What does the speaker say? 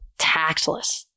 taxless